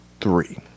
three